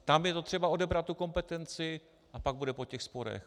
Tam je třeba odebrat tu kompetenci, a pak bude po těch sporech.